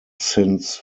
since